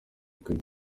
kabo